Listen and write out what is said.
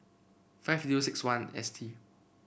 five zero six one S T